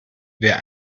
wer